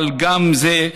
אבל גם זה,